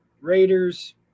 Raiders